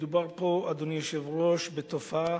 מדובר פה, אדוני היושב-ראש, בתופעה